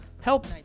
help